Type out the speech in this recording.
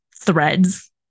threads